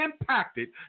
impacted